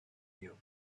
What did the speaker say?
you